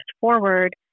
forward